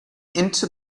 into